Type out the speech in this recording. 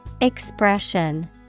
Expression